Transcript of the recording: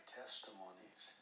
testimonies